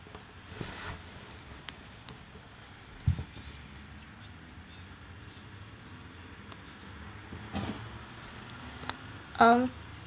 um